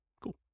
Cool